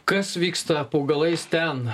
kas vyksta po galais ten